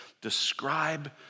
describe